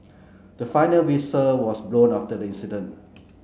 the final whistle was blown after the incident